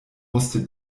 musste